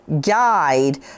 Guide